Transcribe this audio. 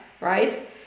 right